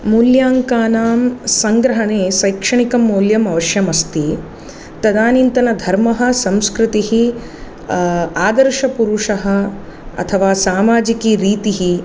मूल्याङ्कानां सङ्ग्रहणे शैक्षणिकमूल्यमवश्यमस्ति तदानीन्तनधर्मः संस्कृतिः आदर्शपुरुषः अथवा समाजिकीरीतिः